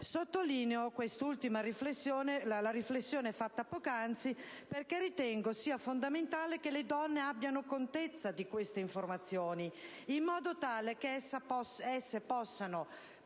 Sottolineo la riflessione fatta poc'anzi, perché ritengo fondamentale che le donne abbiano contezza di queste informazioni, in modo tale che esse possano